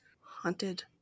haunted